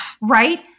Right